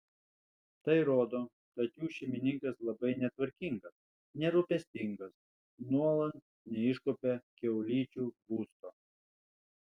tai rodo kad jų šeimininkas labai netvarkingas nerūpestingas nuolat neiškuopia kiaulyčių būsto